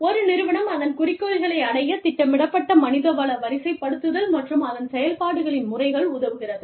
ஒரு நிறுவனம் அதன் குறிக்கோள்களை அடையத் திட்டமிடப்பட்ட மனிதவள வரிசைப்படுத்தல் மற்றும் அதன் செயல்பாடுகளின் முறைகள் உதவுகிறது